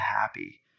happy